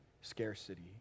scarcity